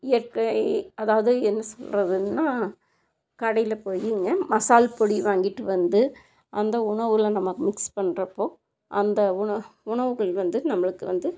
இயற்கை அதாவது என்ன சொல்கிறதுன்னா கடையில் போயிங்க மசால் பொடி வாங்கிட்டு வந்து அந்த உணவில் நம்ம மிக்ஸ் பண்ணுறப்போ அந்த உணவை உணவுகள் வந்து நம்மளுக்கு வந்து